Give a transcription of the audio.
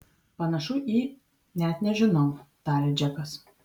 panašu į net nežinau tarė džekas